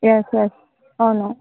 yes sir అవును